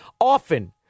often